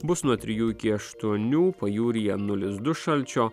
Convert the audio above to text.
bus nuo trijų iki aštuonių pajūryje nulis du šalčio